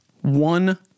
one